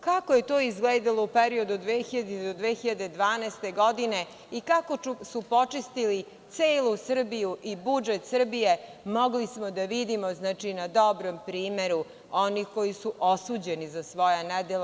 Kako je to izgledalo u periodu od 2000. do 2012. godine i kako su počistili celu Srbiju i budžet Srbije, mogli smo da vidimo na dobrom primeru onih koji su osuđeni za svoja nedela.